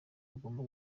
agomba